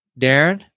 Darren